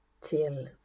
till